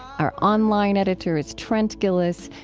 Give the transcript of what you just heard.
our online editor is trent gilliss.